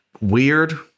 weird